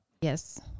Yes